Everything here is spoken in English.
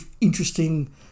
interesting